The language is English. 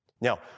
Now